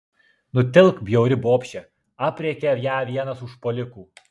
nutilk bjauri bobše aprėkia ją vienas užpuolikų